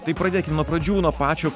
tai pradėkim nuo pradžių nuo pačio